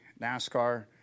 NASCAR